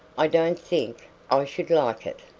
i don't think i should like it.